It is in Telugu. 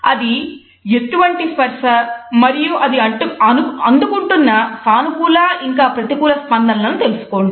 అది ఎటువంటి స్పర్స మరియు అది అందుకుంటున్న సానుకూల ఇంకా ప్రతికూల స్పందనలను తెలుసుకోండి